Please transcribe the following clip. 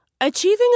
Achieving